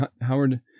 howard